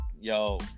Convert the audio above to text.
yo